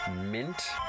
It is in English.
mint